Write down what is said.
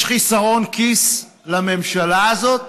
יש חסרון כיס לממשלה הזאת?